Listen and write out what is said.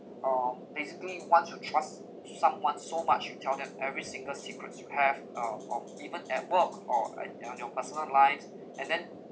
um basically once you trust someone so much you tell them every single secrets you have uh or even at work or and your your personal lives and then